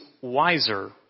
wiser